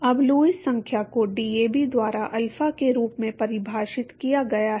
अब लुईस संख्या को डीएबी द्वारा अल्फा के रूप में परिभाषित किया गया है